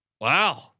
Wow